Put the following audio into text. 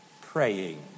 praying